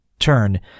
turn